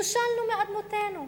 נושלנו מאדמותינו,